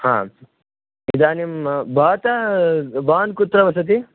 हा इदानीं भवतां भवान् कुत्र वसति